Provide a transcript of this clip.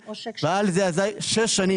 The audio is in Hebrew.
והעל זה הזה שש שנים.